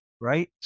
Right